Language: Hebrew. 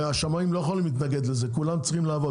השמאים לא יכולים להתנגד לזה, כולם צריכים לעבוד.